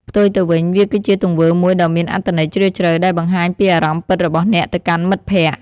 ផ្ទុយទៅវិញ វាគឺជាទង្វើមួយដ៏មានអត្ថន័យជ្រាលជ្រៅ ដែលបង្ហាញពីអារម្មណ៍ពិតរបស់អ្នកទៅកាន់មិត្តភក្តិ។